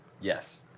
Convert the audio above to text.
Yes